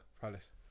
Palace